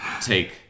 take